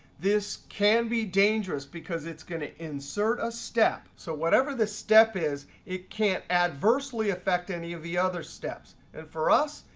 this can be dangerous because it's going to insert a step. so whatever the step is, it can't adversely affect any of the other steps. and for us,